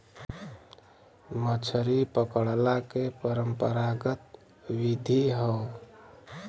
मछरी पकड़ला के परंपरागत विधि हौ